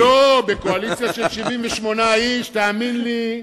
לא, בקואליציה של 78 איש, תאמין לי,